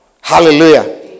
Hallelujah